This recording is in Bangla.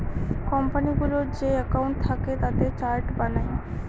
কোম্পানিগুলোর যে একাউন্ট থাকে তাতে চার্ট বানায়